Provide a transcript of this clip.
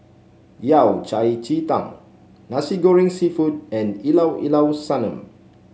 Yao Cai Ji Tang Nasi Goreng seafood and Llao Llao Sanum